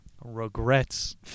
regrets